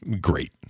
great